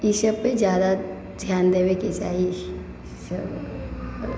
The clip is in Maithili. ई सबपर जादा ध्यान देबैके चाही